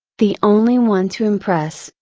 the only one to impress,